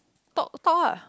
talk talk ah